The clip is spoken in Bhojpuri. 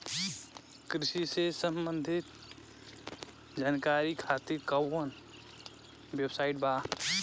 कृषि से संबंधित जानकारी खातिर कवन वेबसाइट बा?